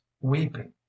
weeping